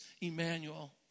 Emmanuel